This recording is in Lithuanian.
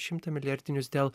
šimtą milijardinius dėl